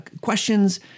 questions